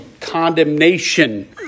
condemnation